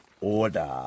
order